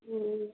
हूँ